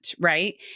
Right